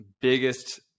biggest